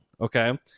okay